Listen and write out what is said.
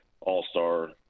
all-star